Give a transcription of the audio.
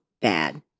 bad